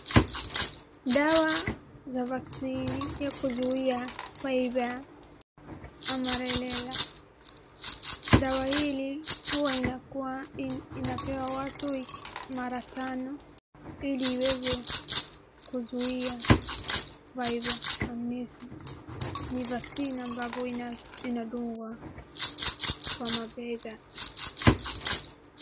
Dawa za vaccine ya kuzuia vaiga ama rubela, dawa hii huwa inapewa watu mara tano ili iweze kuzuia vaiga, ni vaccine ambayo inadungwa kwa mabega.